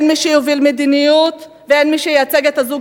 אין מי שיוביל מדיניות ואין מי שייצג את הזוג